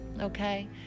okay